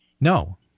No